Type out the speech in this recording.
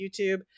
YouTube